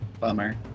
bummer